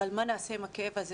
אבל מה נעשה עם הכאב הזה?